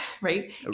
right